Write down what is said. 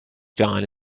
john